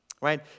right